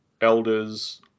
elders